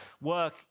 work